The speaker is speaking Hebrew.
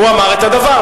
הוא אמר את הדבר.